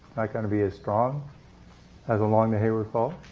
going to be as strong as along the hayward fault.